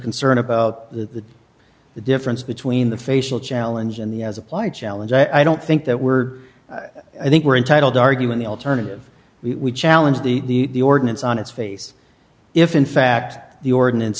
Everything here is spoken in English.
concern about the the difference between the facial challenge and the as applied challenge i don't think that we're i think we're entitled to argue in the alternative we challenge the ordinance on its face if in fact the ordinance